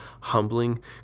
humbling